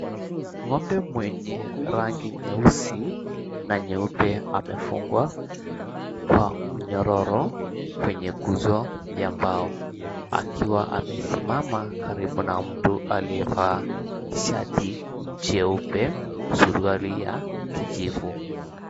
Ng’ombe mwenye rangi nyeusi na nyeupe, amefungwa kwa minyororo kwenye nguzo ya mbao, akiwa amesimama karibu na mtu aliyevaa shati jeupe, suruali ya kijivu.